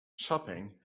shopping